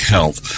Health